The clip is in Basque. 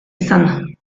izan